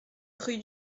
rue